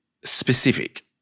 specific